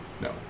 No